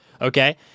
Okay